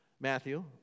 Matthew